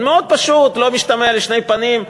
מאוד פשוט, לא משתמע לשני פנים.